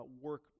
work